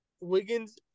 Wiggins